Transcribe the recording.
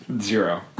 Zero